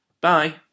Bye